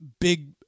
big